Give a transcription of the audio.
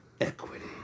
equity